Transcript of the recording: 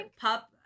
pup